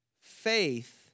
faith